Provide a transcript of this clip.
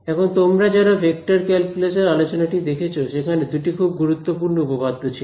এখন তোমরা যারা ভেক্টর ক্যালকুলাস এর আলোচনাটি দেখেছো সেখানে দুটি খুব গুরুত্বপূর্ণ উপপাদ্য ছিল